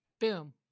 boom